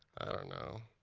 i don't know.